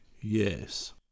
Yes